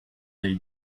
dei